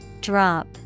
Drop